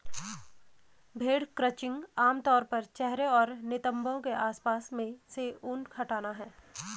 भेड़ क्रचिंग आम तौर पर चेहरे और नितंबों के आसपास से ऊन हटाना है